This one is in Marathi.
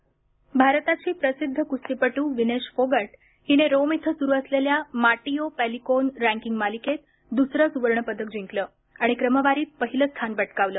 कुस्तीपटू विनेश फोगट भारताची प्रसिद्ध कुस्तीपटू विनेश फोगट हिने रोम इथं सुरू असलेल्या माटियो पैलिकोन रँकिंग मालिकेत दुसरे सुवर्णपदक जिंकले आणि क्रमवारीत पहिले स्थान पटकावले